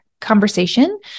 conversation